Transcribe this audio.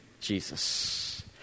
Jesus